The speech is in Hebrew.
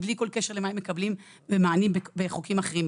בלי כל קשר למענים שהם מקבלים בחוקים אחרים.